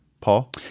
Paul